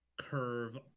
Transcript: curve